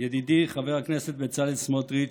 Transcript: ידידי חבר הכנסת בצלאל סמוטריץ',